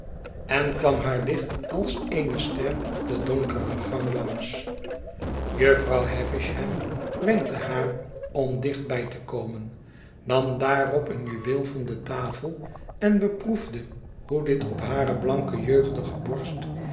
en kwam haar licht als eene ster den donkeren gang langs jufvrouw havisham wenkte haar om dichtbij te komen nam daarop een juweel van detafel en beproefde hoe dit op hare blanke jeugdige borst